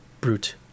brute